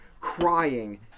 crying